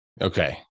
Okay